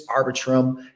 Arbitrum